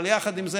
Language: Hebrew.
אבל יחד עם זאת,